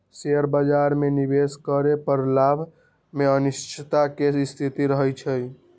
share बाजार में निवेश करे पर लाभ में अनिश्चितता के स्थिति रहइ छइ